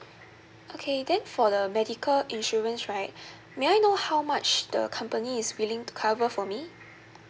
okay then for the medical insurance right may I know how much the company is willing to cover for me